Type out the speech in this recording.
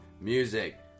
music